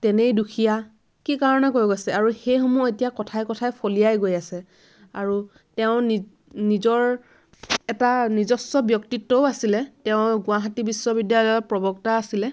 তেনেই দুখীয়া কি কাৰণে কৈ গৈছে আৰু সেইসমূহ এতিয়া কথাই কথাই ফলিয়াই গৈ আছে আৰু তেওঁ নিজৰ এটা নিজস্ব ব্যক্তিত্বও আছিলে তেওঁ গুৱাহাটী বিশ্ববিদ্যালয়ৰ প্ৰবক্তা আছিলে